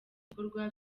gikorwa